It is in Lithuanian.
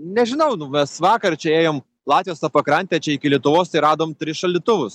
nežinau nu mes vakar čia ėjom latvijos pakrante čia iki lietuvos ir radom tris šaldytuvus